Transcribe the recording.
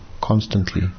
constantly